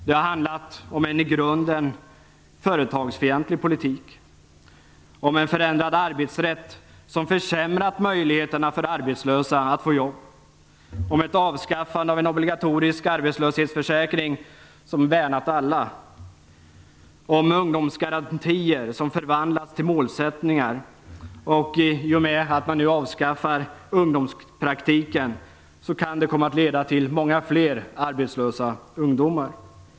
Det har handlat om en i grunden företagsfientlig politik, om en förändrad arbetsrätt, som har försämrat möjligheterna för arbetslösa att få jobb, om ett avskaffande av en obligatorisk arbetslöshetsförsäkring som värnat alla, om ungdomsgarantier som förvandlats till målsättningar, och i och med att man nu avskaffar ungdomspraktiken kan följden komma att bli många fler arbetslösa ungdomar.